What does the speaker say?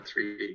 3d